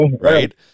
right